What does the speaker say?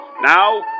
Now